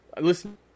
listen